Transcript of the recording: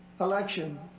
election